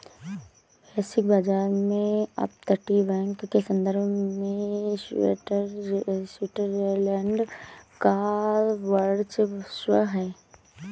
वैश्विक बाजार में अपतटीय बैंक के संदर्भ में स्विट्जरलैंड का वर्चस्व है